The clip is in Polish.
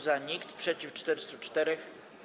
Za - nikt, przeciw - 404.